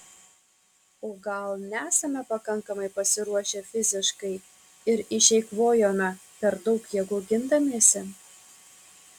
o gal nesame pakankamai pasiruošę fiziškai ir išeikvojome per daug jėgų gindamiesi